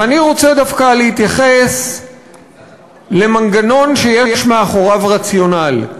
ואני רוצה דווקא להתייחס למנגנון שיש מאחוריו רציונל,